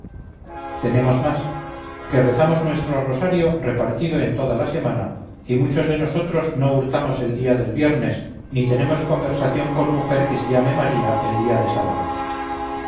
tenemos más que rezamos nuestro rosario repartido en toda la semana y muchos de nosotros no hurtamos el día del viernes ni tenemos conversación con mujer que se llame maría el día del sábado